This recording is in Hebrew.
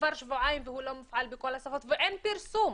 כבר שבועיים והוא לא מופעל ואין פרסום.